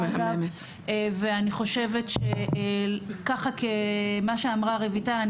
אני חולקת באופן מובהק על מה שאמרה רויטל,